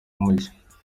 muke